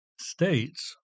States